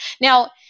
Now